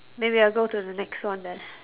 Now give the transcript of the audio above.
maybe I'll go to the next one then